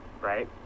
right